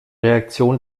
reaktion